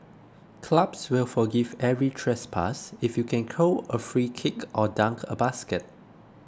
clubs will forgive every trespass if you can curl a free kick or dunk a basket